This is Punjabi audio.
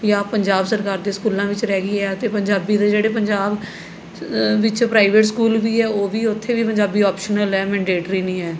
ਜਾਂ ਪੰਜਾਬ ਸਰਕਾਰ ਦੇ ਸਕੂਲਾਂ ਵਿੱਚ ਰਹਿ ਗਈ ਹੈ ਅਤੇ ਪੰਜਾਬੀ ਦੇ ਜਿਹੜੇ ਪੰਜਾਬ ਵਿੱਚ ਪ੍ਰਾਈਵੇਟ ਸਕੂਲ ਵੀ ਹੈ ਉਹ ਵੀ ਉੱਥੇ ਵੀ ਪੰਜਾਬੀ ਆਪਸ਼ਨਲ ਹੈ ਮੈਨਡੇਟਰੀ ਨਹੀਂ ਹੈ